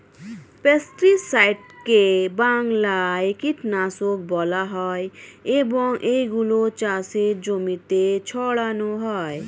পেস্টিসাইডকে বাংলায় কীটনাশক বলা হয় এবং এগুলো চাষের জমিতে ছড়ানো হয়